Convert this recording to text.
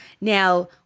Now